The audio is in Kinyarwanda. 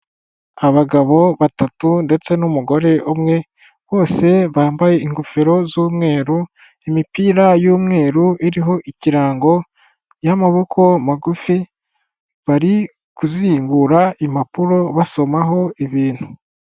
Abagabo batatu ndetse n'umugore umwe, bose bambaye ingofero z'umweru, imipira y'umweru, iriho ikirango y'amaboko magufi bari kuzingura impapuro basomaho ibintu.